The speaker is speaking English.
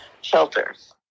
shelters